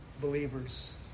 believers